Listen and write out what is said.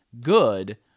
good